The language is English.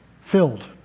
filled